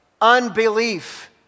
unbelief